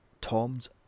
Tom's